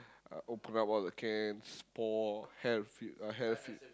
open up one of the cans pour have it uh have it uh